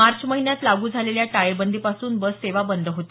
मार्च महिन्यात लागू झालेल्या टाळेबंदीपासून बससेवा बंद होती